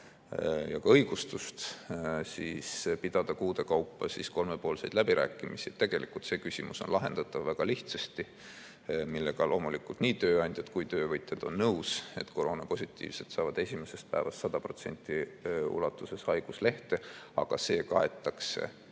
ja ka õigustust pidada kuude kaupa kolmepoolseid läbirääkimisi. Tegelikult on see küsimus lahendatav väga lihtsasti: millega loomulikult nii tööandjad kui töövõtjad on nõus, [on see], et koroonapositiivsed saavad esimesest päevast 100% ulatuses haiguslehe, aga see kaetakse